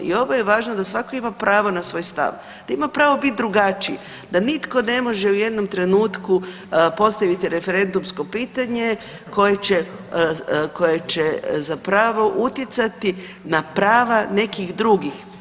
I ovo je važno da svako ima pravo na svoj stav, da ima pravo biti drugačiji, da nitko ne može u jednom trenutku postaviti referendumsko pitanje koje će, koje će zapravo utjecati na prava nekih drugih.